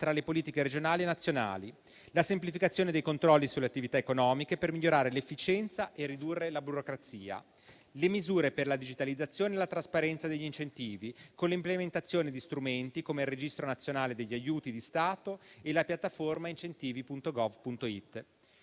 tra le politiche regionali nazionali; la semplificazione dei controlli sulle attività economiche per migliorare l'efficienza e ridurre la burocrazia; le misure per la digitalizzazione e la trasparenza degli incentivi, con l'implementazione di strumenti come il registro nazionale degli aiuti di Stato e la piattaforma "incentivi.gov.it".